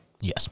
Yes